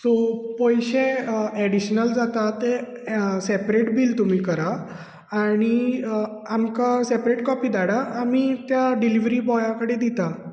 so पयशे additional जाता ते सॅपरेट बील करा आनी आमकां सॅपरेट कॉपी धाडा आमी त्या डिलीवरी बॉया कडेन दिता